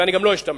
ואני גם לא אשתמש,